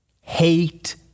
hate